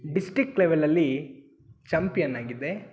district ಲೆವೆಲಲ್ಲಿ champion ಆಗಿದ್ದೆ